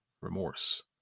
remorse